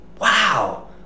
Wow